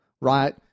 Right